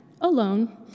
alone